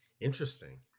Interesting